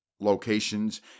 locations